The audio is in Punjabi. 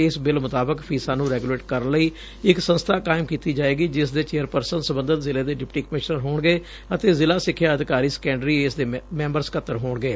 ਇਸ ਬਿਲ ਮੁਤਾਬਕ ਫੀਸਾਂ ਨੂੰ ਰੈਗੂਲੇਟ ਕਰਨ ਲਈ ਇਕ ਸੰਸਥਾ ਕਾਇਮ ਕੀਤੀ ਜਾਏਗੀ ਜਿਸ ਦੇ ਚੇਅਰਪਰਸਨ ਸਬੰਧਤ ਜ਼ਿਲ੍ਹੇ ਦੇ ਡਿਪਟੀ ਕਮਿਸ਼ਨਰ ਹੋਣਗੇ ਅਤੇ ਜ਼ਿਲ੍ਹਾ ਸਿਖਿਆ ਅਧਿਕਾਰੀ ਸੈਕੰਡਰੀ ਇਸ ਦੇ ਮੈਂਬਰ ਸਕੱਤਰ ਹੋਣਗੇ